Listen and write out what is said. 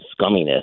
scumminess